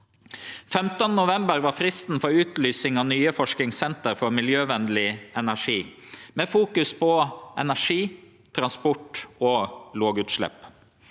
15. november var fristen for utlysing av nye forskingssenter for miljøvenleg energi, med fokus på energi, transport og lågutslepp.